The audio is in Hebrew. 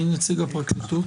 מי נציג הפרקליטות,